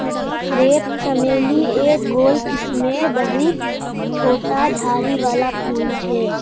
crepe चमेली एक गोल किस्मेर बहुत छोटा झाड़ी वाला फूल छे